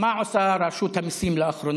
מה עשתה רשות המיסים לאחרונה?